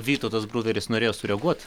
vytautas bruveris norėjo sureaguot